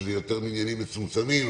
היו יותר מניינים מצומצמים,